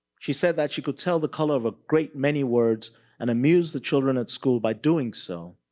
she said that she could tell the color of a great many words and amuse the children at school by doing so.